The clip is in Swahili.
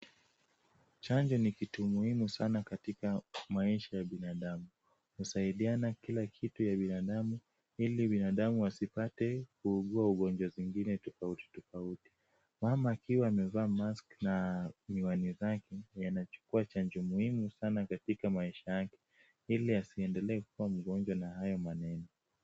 Chanjo ni kitu muhimu sana katika maisha ya binadamu. Usaidia na kila kitu ya binadamu ili binadamu asipate kuugua ugonjwa zingine tofauti tofauti. Mama akiwa amevaa [c] mask[c] na miwani zake, anachukua chanjo muhimu sana katika maisha yake ili asiendelee kuwa mgonjwa na haya maneno.